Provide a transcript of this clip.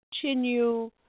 continue